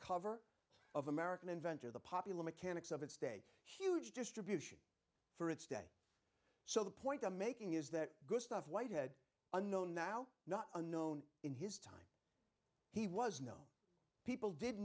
cover of american inventor the popular mechanics of its day huge distribution for its day so the point i'm making is that good stuff whitehead unknown now not unknown in his time he was know people did